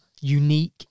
unique